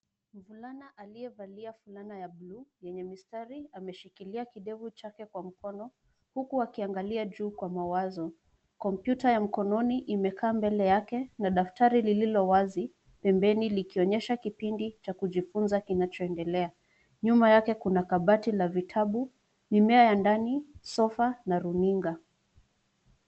Mvulana aliyevalia fulana ya bluu yenye mistari ameshikilia kidevu chake kwa mkono, huku akiangalia juu kwa mawazo. Kompyuta ya mkononi imekaa mbele yake na daftari lililowazi pembeni likionyesha kipindi cha kujifunza kinachoendelea. Nyuma yake kuna kabati na vitabu , mimea ya ndani, sofa na runinga.